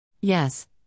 Yes